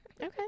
Okay